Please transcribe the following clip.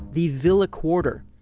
the villa quater.